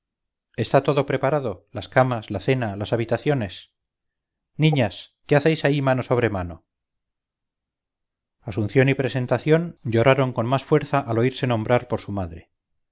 está todo preparado las camas la cena las habitaciones niñas qué hacéis ahí mano sobre mano asunción y presentación lloraron con más fuerza al oírse nombrar por su madre